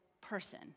person